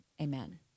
amen